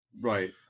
Right